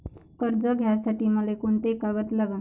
कर्ज घ्यासाठी मले कोंते कागद लागन?